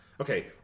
okay